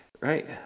Right